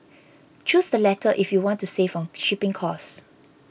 choose the latter if you want to save on shipping cost